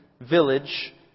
village